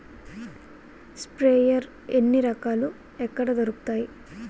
Sprayer ఎన్ని రకాలు? ఎక్కడ దొరుకుతాయి?